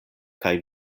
kaj